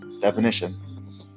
definition